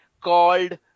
called